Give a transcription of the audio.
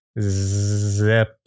Zip